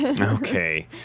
okay